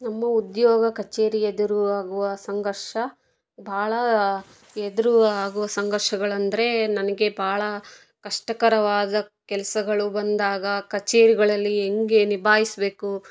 ನಮ್ಮ ಉದ್ಯೋಗ ಕಚೇರಿ ಎದುರು ಆಗುವ ಸಂಘರ್ಷ ಭಾಳ ಎದುರು ಆಗುವ ಸಂಘರ್ಷಗಳಂದರೆ ನನಗೆ ಭಾಳ ಕಷ್ಟಕರವಾದ ಕೆಲಸಗಳು ಬಂದಾಗ ಕಚೇರಿಗಳಲ್ಲಿ ಹೆಂಗೆ ನಿಭಾಯಿಸ್ಬೇಕು